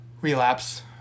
relapse